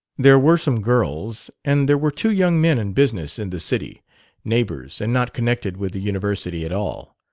there were some girls, and there were two young men in business in the city neighbors and not connected with the university at all.